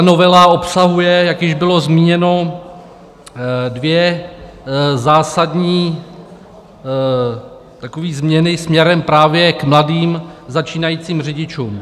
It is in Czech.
Novela obsahuje, jak již bylo zmíněno, dvě zásadní změny směrem právě k mladým, začínajícím řidičům.